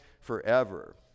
forever